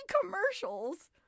commercials